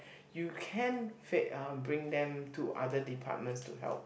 you can fe~ uh bring them to other departments to help